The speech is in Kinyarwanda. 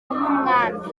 nk’umwami